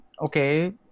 okay